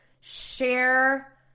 share